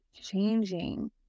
changing